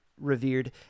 revered